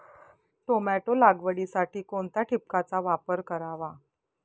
Tomato लागवडीसाठी कोणत्या ठिबकचा वापर करावा?